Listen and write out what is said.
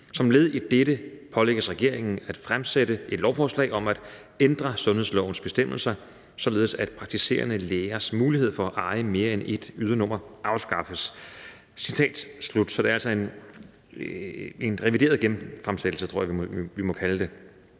Som led i dette pålægges regeringen at fremsætte et lovforslag om at ændre sundhedslovens bestemmelser, således at praktiserende lægers mulighed for at eje mere end ét ydernummer afskaffes.«